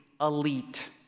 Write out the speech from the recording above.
elite